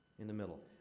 in the middle.